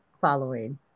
following